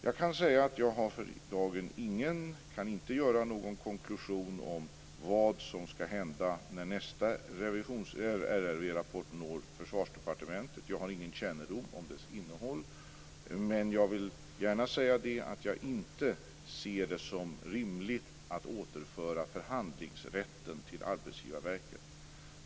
Jag kan säga att jag för dagen inte kan göra någon konklusion om vad som skall hända när nästa RRV rapport når Försvarsdepartementet. Jag har ingen kännedom om dess innehåll. Men jag vill gärna säga att jag inte ser det som rimligt att återföra förhandlingsrätten till Arbetsgivarverket.